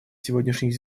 сегодняшних